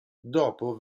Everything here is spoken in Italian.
dopo